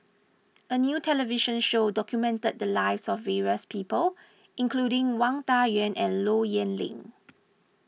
a new television show documented the lives of various people including Wang Dayuan and Low Yen Ling